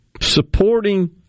supporting